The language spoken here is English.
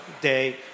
day